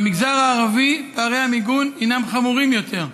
במגזר הערבי פערי המיגון חמורים יותר.